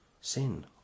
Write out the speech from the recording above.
sin